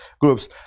groups